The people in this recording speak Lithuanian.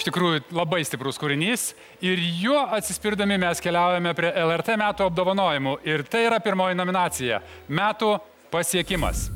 iš tikrųjų labai stiprus kūrinys ir juo atsispirdami mes keliaujame prie lrt metų apdovanojimų ir tai yra pirmoji nominacija metų pasiekimas